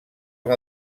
amb